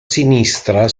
sinistra